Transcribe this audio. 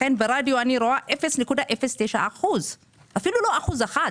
לכן ברדיו אני רואה 0.09%. אפילו לא אחוז אחד.